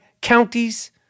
counties